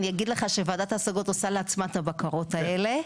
אני אגיד לך שוועדת ההשגות עושה לעצמה את הבקרות האלה.